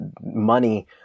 money